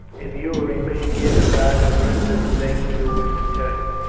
if you will remain here to guard the rest of the things till we return.